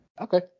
Okay